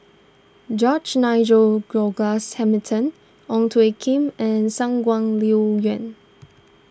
George Nigel Douglas Hamilton Ong Tjoe Kim and Shangguan Liuyun